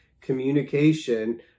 communication